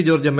George M